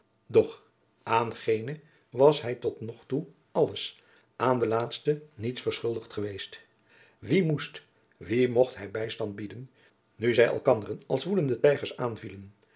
doch aan gene was hij tot nog toe alles aan den laatsten niets verschuldigd geweest wien moest wien mocht hij bijstand bieden nu zij elkanderen als woedende tijgers